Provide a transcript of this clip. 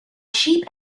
sheep